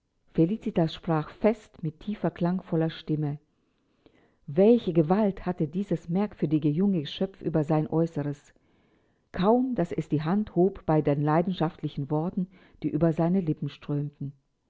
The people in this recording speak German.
felicitas sprach fest mit tiefer klangvoller stimme welche gewalt hatte dieses merkwürdige junge geschöpf über sein aeußeres kaum daß es die hand hob bei den leidenschaftlichen worten die über seine lippen strömten